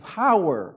power